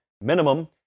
minimum